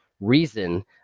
reason